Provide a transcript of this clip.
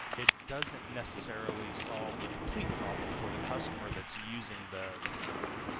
it doesn't necessarily solve the complete problem for the customer that's using the the product.